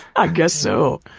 i guess so.